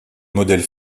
modèle